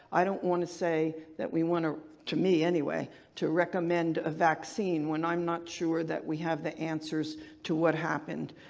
i don't want to say that we want to to me anyway to recommend a vaccine when i'm not sure that we have the answers to what happened.